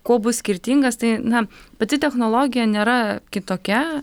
kuo bus skirtingas tai na pati technologija nėra kitokia